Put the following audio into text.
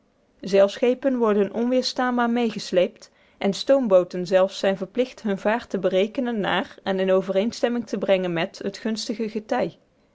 zeilschepen worden onweerstaanbaar meegesleept en stoombooten zelfs zijn verplicht hunne vaart te berekenen naar en in overeenstemming te brengen met het gunstige getij